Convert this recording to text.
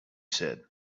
said